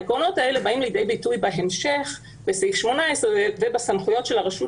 העקרונות האלה באים לידי ביטוי בהמשך בסעיף 18 ובסמכויות של הרשות